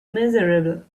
miserable